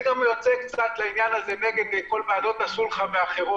אני גם יוצא נגד העניין של ועדות סולחה ודברים כאלה.